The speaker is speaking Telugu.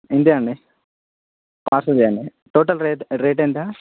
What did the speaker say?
ఇంతే అండి పార్సల్ చేయండి టోటల్ రేట్ రేట్ ఎంత